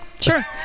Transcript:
sure